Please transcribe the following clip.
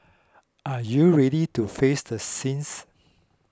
are you ready to face the sins